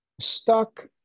stuck